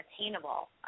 attainable